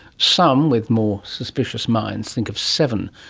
some with more suspicious minds think of seven.